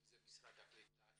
אם משרד הקליטה,